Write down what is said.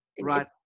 Right